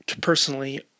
personally